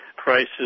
Prices